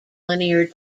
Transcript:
linear